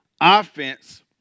offense